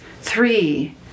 three